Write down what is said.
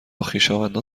خویشاوندان